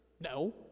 No